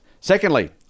Secondly